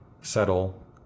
settle